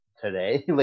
today